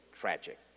tragic